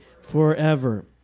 forever